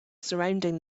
surrounding